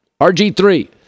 RG3